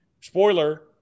Spoiler